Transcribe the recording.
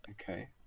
okay